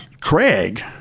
Craig